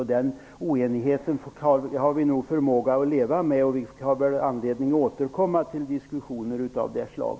Vi kan nog leva med den oenigheten, och vi har anledning att återkomma till diskussioner av detta slag.